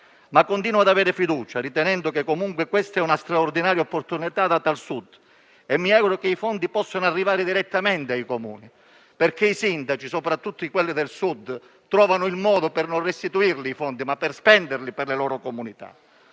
ma continuo ad avere fiducia, ritenendo che questa sia comunque una straordinaria opportunità data al Sud. Mi auguro che i fondi possano arrivare direttamente ai Comuni, perché i sindaci, soprattutto quelli del Sud, trovino il modo di non restituire i fondi, ma di spenderli per le loro comunità.